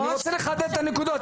אני רוצה לחדד את הנקודות.